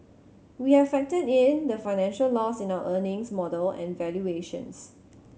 we have factored in the financial loss in our earnings model and valuations